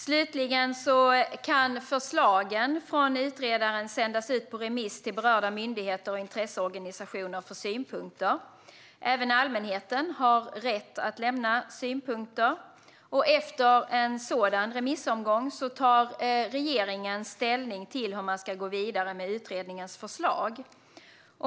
Slutligen kan förslagen från utredaren sändas ut på remiss till berörda myndigheter och intresseorganisationer för synpunkter. Även allmänheten har rätt att lämna synpunkter. Efter en sådan remissomgång tar regeringen ställning till hur man ska gå vidare med utredningens förslag.